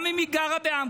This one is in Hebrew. גם אם היא גרה בעמקה,